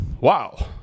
Wow